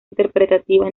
interpretativa